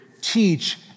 teach